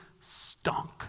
stunk